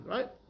Right